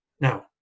now